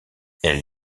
elle